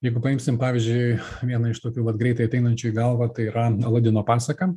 jeigu paimsim pavyzdžiui vieną iš tokių vat greitai ateinančių į galvą tai yra aladino pasaka